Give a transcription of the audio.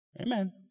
Amen